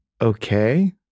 okay